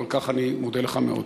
ועל כך אני מודה לך מאוד.